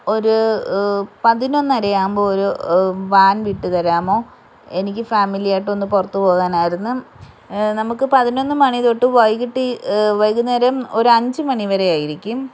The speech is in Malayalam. ഒരു പതിനൊന്നര ആകുമ്പോൾ ഒരു വാൻ വിട്ടുതരാമോ എനിക്ക് ഫാമിലി ആയിട്ടൊന്നു പുറത്ത് പോകാനായിരുന്നു നമുക്ക് പതിനൊന്ന് മണി തൊട്ട് വൈകിട്ട് വൈകുന്നേരം ഒരു അഞ്ച് മണിവരെ ആയിരിക്കും